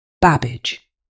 Babbage